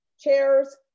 chairs